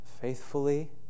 faithfully